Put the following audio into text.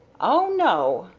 oh no,